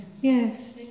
Yes